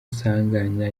sanganya